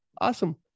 awesome